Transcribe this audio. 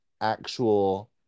actual